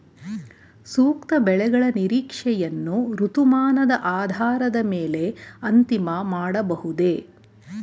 ಸೂಕ್ತ ಬೆಳೆಗಳ ನಿರೀಕ್ಷೆಯನ್ನು ಋತುಮಾನದ ಆಧಾರದ ಮೇಲೆ ಅಂತಿಮ ಮಾಡಬಹುದೇ?